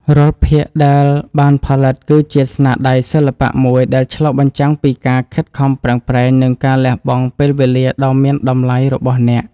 រាល់ភាគដែលអ្នកបានផលិតគឺជាស្នាដៃសិល្បៈមួយដែលឆ្លុះបញ្ចាំងពីការខិតខំប្រឹងប្រែង និងការលះបង់ពេលវេលាដ៏មានតម្លៃរបស់អ្នក។